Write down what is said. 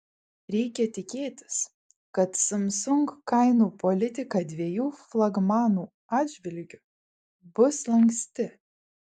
reikia tikėtis kad samsung kainų politika dviejų flagmanų atžvilgiu bus lanksti